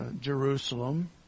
Jerusalem